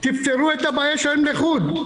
אבל תפתרו את הבעיה שלהם לחוד.